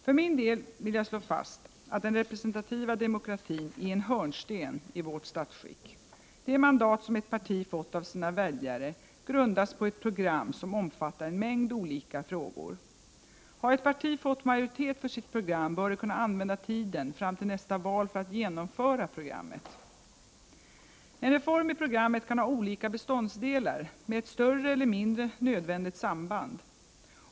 För min del vill jag slå fast att den representativa demokratin är en hörnsten i vårt statsskick. Det mandat som ett parti fått av sina väljare grundas på ett program som omfattar en mängd olika frågor. Har ett parti fått majoritet för sitt program bör det kunna använda tiden fram till nästa val för att genomföra programmet. En reform i programmet kan ha olika beståndsdelar med ett större eller mindre nödvändigt samband.